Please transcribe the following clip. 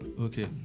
okay